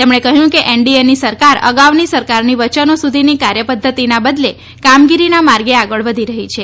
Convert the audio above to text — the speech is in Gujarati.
તેમણે કહ્યું કે એનડીએની સરકાર અગાઉની સરકારની વચનો સુધીની કાર્યપદ્વતિના બદલે કામગીરીના માર્ગે આગળ વધી રહી છે